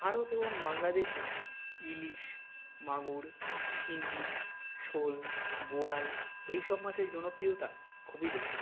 ভারত এবং বাংলাদেশে ইলিশ মাগুর শিঙ্গি শোল বোয়াল এই সব মাছের জনপ্রিয়তা খুবই বেশি